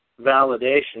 validation